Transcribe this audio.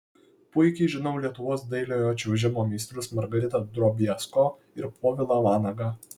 puikiai žinau lietuvos dailiojo čiuožimo meistrus margaritą drobiazko ir povilą vanagą